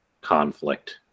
conflict